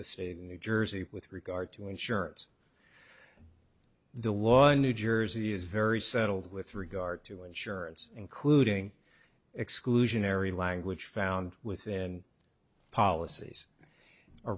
the state in new jersey with regard to insurance the law in new jersey is very settled with regard to insurance including exclusionary language found within policies ar